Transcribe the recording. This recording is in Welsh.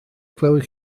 clywed